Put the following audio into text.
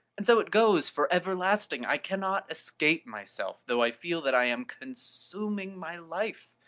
and so it goes for everlasting. i cannot escape myself, though i feel that i am consuming my life.